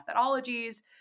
methodologies